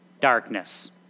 darkness